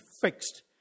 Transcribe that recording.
fixed